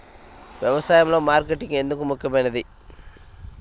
వ్యసాయంలో మార్కెటింగ్ ఎందుకు ముఖ్యమైనది?